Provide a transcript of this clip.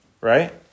right